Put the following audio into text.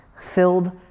filled